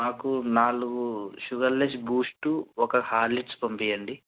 మాకు నాలుగు sugarless Boost ఒక హార్లిక్స్ పంపించండి